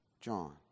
John